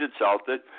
insulted